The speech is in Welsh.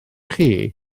chi